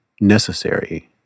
necessary